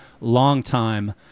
longtime